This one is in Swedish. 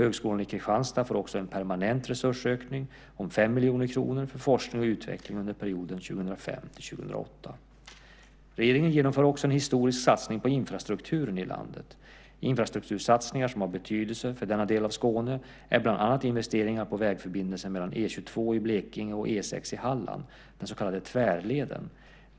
Högskolan Kristianstad får också en permanent resursökning om 5 miljoner kronor för forskning och utveckling under perioden 2005-2008. Regeringen genomför också en historisk satsning på infrastrukturen i landet. Infrastruktursatsningar som har betydelse för denna del av Skåne är bland annat investeringar på vägförbindelsen mellan E 22 i Blekinge och E 6 i Halland - den så kallade tvärleden.